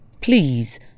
Please